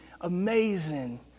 amazing